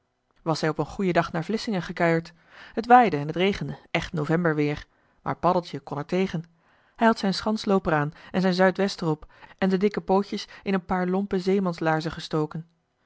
was hij op een goeien dag naar vlissingen gekuierd t waaide en t regende echt novemberweer maar paddeltje kon er tegen hij had zijn schanslooper aan en zijn zuidwester op en de dikke pootjes in een paar lompe zeemanslaarzen gestoken